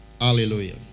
Hallelujah